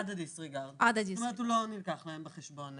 עד הדיסריגרד, הוא לא נלקח להם בחשבון